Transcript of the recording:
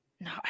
No